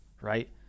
Right